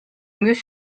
mieux